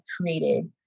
created